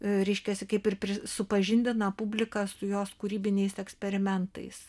reiškiasi kaip ir supažindina publiką su jos kūrybiniais eksperimentais